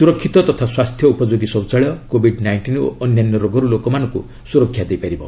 ସୁରକ୍ଷିତ ତଥା ସ୍ୱାସ୍ଥ୍ୟ ଉପଯୋଗୀ ଶୌଚାଳୟ କୋବିଡ୍ ନାଇଷ୍ଟିନ୍ ଓ ଅନ୍ୟାନ୍ୟ ରୋଗରୁ ଲୋକମାନଙ୍କୁ ସୁରକ୍ଷା ଦେଇପାରିବ